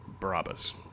Barabbas